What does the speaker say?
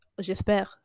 J'espère